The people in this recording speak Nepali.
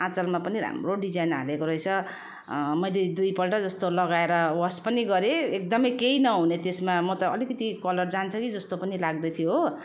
आँचलमा पनि राम्रो डिजाइन हालेको रहेछ मैले दुइ पल्ट जस्तो लगाएर वास पनि गरे एकदम केही नहुने त्यसमा म त अलिकति कलर जान्छ कि जस्तो पनि लाग्दै थियो हो